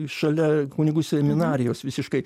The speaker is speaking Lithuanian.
šalia kunigų seminarijos visiškai